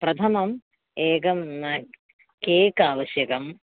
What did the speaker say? प्रथमम् एकं केक् आवश्यकम्